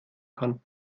kann